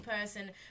person